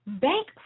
bank